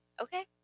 Okay